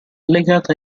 legata